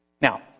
Now